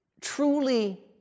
truly